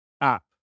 app